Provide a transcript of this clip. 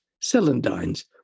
celandines